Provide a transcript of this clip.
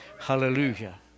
Hallelujah